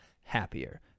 happier